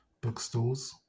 bookstores